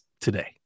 today